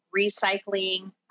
recycling